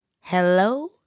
Hello